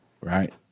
right